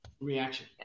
reaction